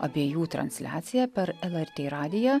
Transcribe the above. abiejų transliacija per lrt radiją